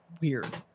weird